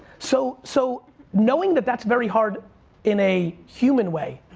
so so knowing that that's very hard in a human way,